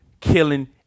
killing